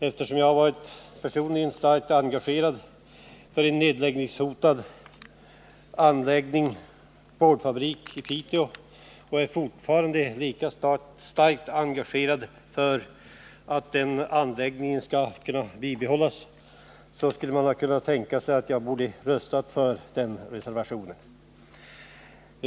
Eftersom jag personligen varit starkt engagerad i en nedläggningshotad boardfabrik i Piteå och fortfarande är lika starkt engagerad för att denna anläggning skall kunna bibehållas skulle man kunna tänka sig att jag borde rösta för den reservationen.